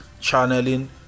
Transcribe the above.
channeling